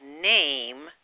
name